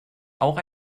auch